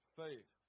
faith